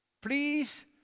Please